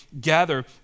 gather